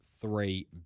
three